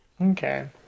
Okay